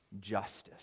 justice